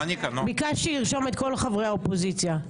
--- ביקשתי לרשום את כל חברי האופוזיציה.